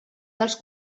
dels